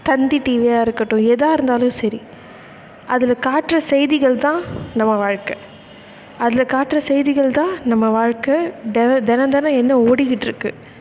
தந்தி டிவியாக இருக்கட்டும் எதாக இருந்தாலும் சரி அதில் காட்டுற செய்திகள்தான் நம்ம வாழ்க்கை அதில் காட்டுற செய்திகள்தான் நம்ம வாழ்க்கை தினம் தினந்தெனம் என்ன ஓடிக்கிட்டிருக்கு